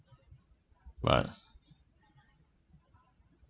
but